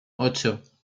ocho